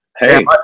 hey